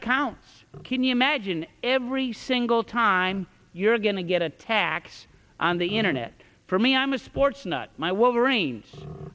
accounts can you imagine every single time you're going to get a tax on the internet for me i'm a sports nut my wolverines